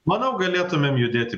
manau galėtumėm judėti